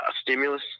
stimulus